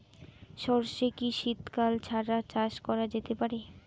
সর্ষে কি শীত কাল ছাড়া চাষ করা যেতে পারে?